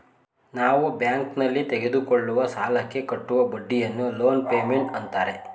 ನಾವು ಬ್ಯಾಂಕ್ನಲ್ಲಿ ತೆಗೆದುಕೊಳ್ಳುವ ಸಾಲಕ್ಕೆ ಕಟ್ಟುವ ಬಡ್ಡಿಯನ್ನು ಲೋನ್ ಪೇಮೆಂಟ್ ಅಂತಾರೆ